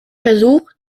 versuch